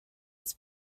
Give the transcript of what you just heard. its